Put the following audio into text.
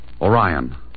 Orion